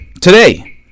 Today